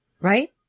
Right